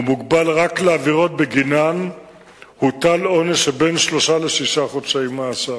והוא מוגבל רק לעבירות שבגינן הוטל עונש שבין שלושה לשישה חודשי מאסר.